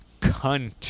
cunt